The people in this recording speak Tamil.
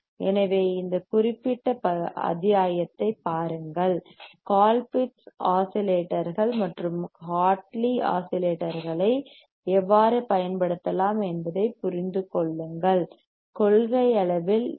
எனவே இந்த குறிப்பிட்ட அத்தியாயத்தை பாருங்கள் கோல்பிட்ஸ் ஆஸிலேட்டர்கள் மற்றும் ஹார்ட்லி ஆஸிலேட்டர்களை எவ்வாறு பயன்படுத்தலாம் என்பதைப் புரிந்து கொள்ளுங்கள் கொள்கையளவில் எல்